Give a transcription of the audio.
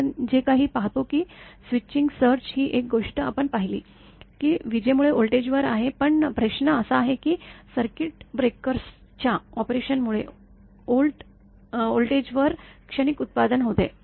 आपण जे काही पाहतो की स्विचिंग सर्ज ही एक गोष्ट आपण पाहिली की विजेमुळे व्होल्टेजवर आहे पण प्रश्न असा आहे की सर्किट ब्रेकर्सच्या ऑपरेशनमुळे व्होल टेजवर क्षणिक उत्पादन होते